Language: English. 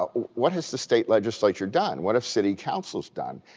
ah what has the state legislature done? what have city councils done?